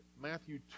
Matthew